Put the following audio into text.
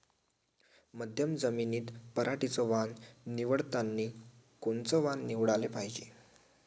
मध्यम जमीनीत पराटीचं वान निवडतानी कोनचं वान निवडाले पायजे?